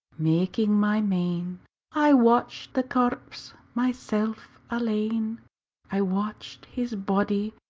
making my mane i watched the corpse, myself alane i watched his body,